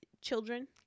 children